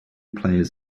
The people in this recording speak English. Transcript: players